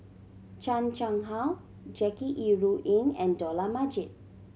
Chan Chang How Jackie Yi Ru Ying and Dollah Majid